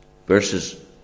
Verses